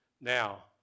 Now